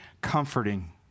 comforting